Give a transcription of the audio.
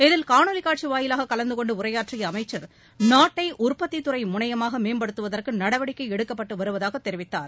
இதில் காணோலி காட்சி வாயிலாக கலந்துகொண்டு உரையாற்றிய அமைச்சர் நாட்டை உற்பத்தி துறை முனையமாக மேம்படுத்துவதற்கு நடவடிக்கை எடுக்கப்பட்டு வருவதாக தெரிவித்தார்